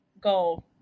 go